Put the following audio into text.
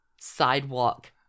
sidewalk